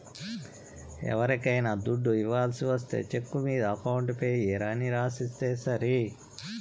ఎవరికైనా దుడ్డు ఇవ్వాల్సి ఒస్తే చెక్కు మీద అకౌంట్ పేయీ అని రాసిస్తే సరి